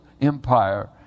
empire